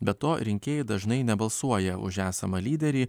be to rinkėjai dažnai nebalsuoja už esamą lyderį